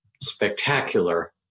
spectacular